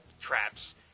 traps